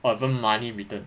whatever money return